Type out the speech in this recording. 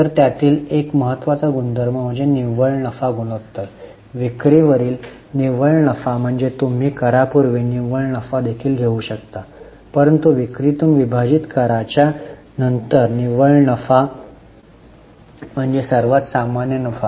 तर त्यातील एक महत्त्वाचा गुणधर्म म्हणजे निव्वळ नफा गुणोत्तर विक्रीवरील निव्वळ नफा म्हणजे तुम्ही करा पूर्वी निव्वळ नफा देखील घेऊ शकता परंतु विक्रीतून विभाजित कराच्या नंतर निव्वळ नफा म्हणजे सर्वात सामान्य नफा